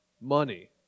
Money